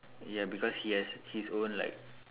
ya because he has his own like